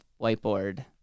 whiteboard